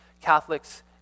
Catholics